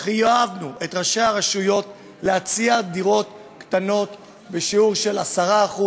חייבנו את ראשי הרשויות להציע דירות קטנות בשיעור 10%,